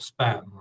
spam